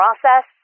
process